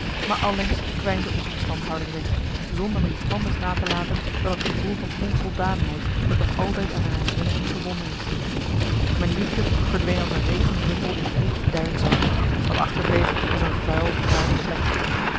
maar allengs kwijnde onze verstandhouding weg zonder me iets anders na te laten dan het gevoel van onvoldaanheid dat nog altijd aan haar herinnering verbonden is mijn liefde verdween als een regendruppel in heet duinzand wat achterbleef was een vuil bruine plek